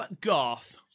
Garth